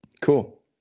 Cool